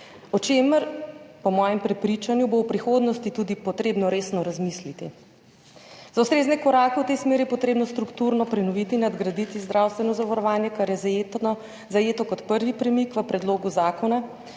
o čemer, po mojem prepričanju, bo v prihodnosti tudi potrebno resno razmisliti. Za ustrezne korake v tej smeri je potrebno strukturno prenoviti in nadgraditi zdravstveno zavarovanje, kar je zajeto kot prvi premik v predlogu zakona,